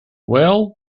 well